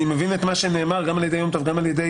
ואני מבין את מה שנאמר גם על-ידי יום טוב וגם על-ידי